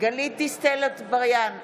גלית דיסטל אטבריאן,